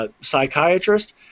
psychiatrist